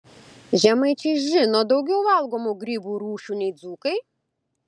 žemaičiai žino daugiau valgomų grybų rūšių nei dzūkai